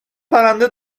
پرنده